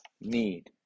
need